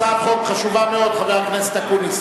הצעת חוק חשובה מאוד, חבר הכנסת אקוניס.